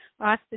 austin